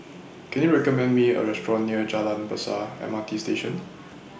Can YOU recommend Me A Restaurant near Jalan Besar M R T Station